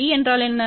B என்றால் என்ன